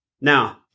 now